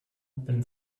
been